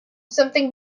something